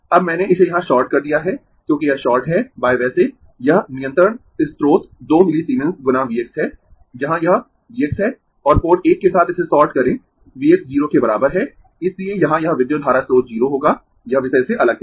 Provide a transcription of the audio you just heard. अब मैंने इसे यहां शॉर्ट कर दिया है क्योंकि यह शॉर्ट है वैसे यह नियंत्रण स्रोत 2 मिलीसीमेंस गुना V x है जहां यह V x है और पोर्ट 1 के साथ इसे शॉर्ट करें V x 0 के बराबर है इसलिए यहां यह विद्युत धारा स्रोत 0 होगा यह विषय से अलग है